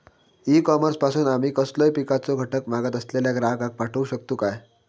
E commerce पासून आमी कसलोय पिकाचो घटक मागत असलेल्या ग्राहकाक पाठउक शकतू काय?